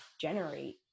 generate